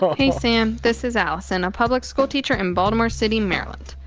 but hey, sam. this is alison, a public-school teacher in baltimore city, md. so and